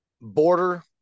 Border